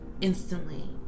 instantly